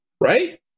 Right